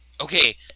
Okay